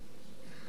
בכל שטח,